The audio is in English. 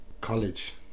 college